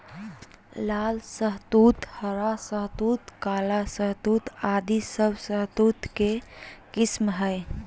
लाल शहतूत, हरा शहतूत, काला शहतूत आदि सब शहतूत के किस्म हय